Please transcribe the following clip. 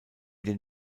den